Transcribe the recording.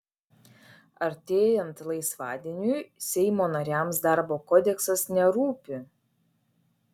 artėjant laisvadieniui seimo nariams darbo kodeksas nerūpi